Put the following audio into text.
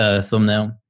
thumbnail